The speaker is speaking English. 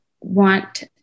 want